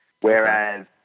Whereas